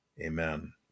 Amen